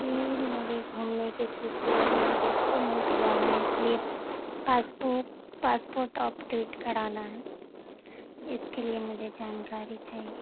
جی مجھے گھومنے کے سلسلے میں دوسرے ملک جانا ہے اس لیے پاسپو پاسپورٹ اپ ڈیٹ کرانا ہے اس کے لیے مجھے جانکاری چاہیے